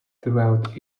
throughout